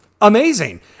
amazing